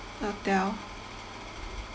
hotel